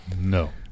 No